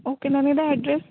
okay ma'am ਇਹਦਾ address